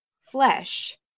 flesh